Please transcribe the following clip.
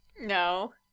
No